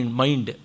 mind